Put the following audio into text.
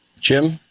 Jim